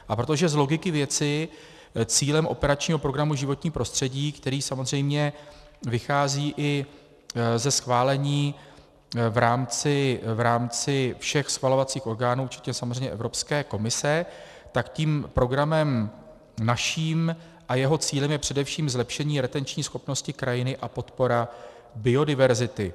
A protože z logiky věci cílem operačního programu Životní prostředí, který samozřejmě vychází i ze schválení v rámci všech schvalovacích orgánů, včetně samozřejmě Evropské komise, tak programem naším a jeho cílem je především zlepšení retenční schopnosti krajiny a podpora biodiverzity.